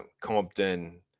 compton